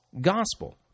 gospel